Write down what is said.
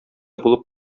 булып